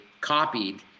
copied